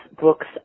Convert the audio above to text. books